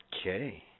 Okay